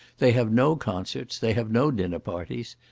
they have no concerts. they have no dinner parties.